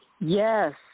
Yes